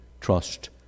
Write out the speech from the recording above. trust